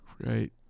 Right